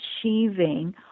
achieving